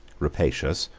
rapacious,